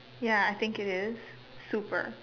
ya I think it is super